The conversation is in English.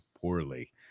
poorly